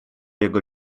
jego